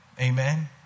amen